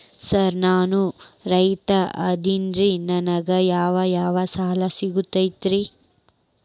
Sir ನಾನು ರೈತ ಅದೆನ್ರಿ ನನಗ ಯಾವ್ ಯಾವ್ ಸಾಲಾ ಸಿಗ್ತೈತ್ರಿ?